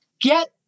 get